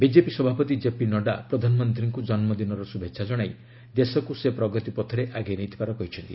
BJP ସଭାପତି କେପି ନଡ୍ରା ପ୍ରଧାନମନ୍ତ୍ରୀଙ୍କୁ ଜନ୍ମଦିନର ଶୁଭେଚ୍ଛା ଜଣାଇ ଦେଶକୁ ସେ ପ୍ରଗତି ପଥରେ ଆଗେଇ ନେଇଥିବାର କହିଛନ୍ତି